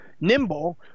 Nimble